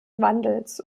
wandels